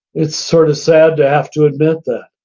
it's sort of sad to have to admit that.